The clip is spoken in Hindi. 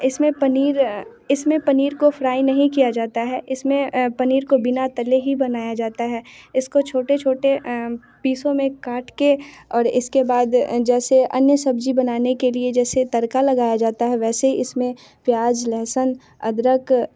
इस में पनीर इस में पनीर को फ्राई नहीं किया जाता है इस में पनीर को बिना तले ही बनाया जाता है इसको छोटे छोटे पीसों में काट के और इसके बाद जैसे अन्य सब्ज़ी बनाने के लिए जैसे तड़का लगाया जाता है वैसे इस में प्याज़ लहसुन अदरक